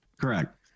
Correct